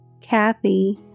Kathy